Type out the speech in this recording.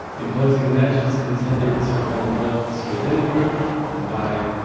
imposing measures intended to prevent births within the group and five.